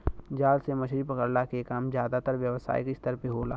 जाल से मछरी पकड़ला के काम जादातर व्यावसायिक स्तर पे होला